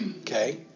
Okay